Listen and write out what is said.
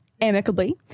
amicably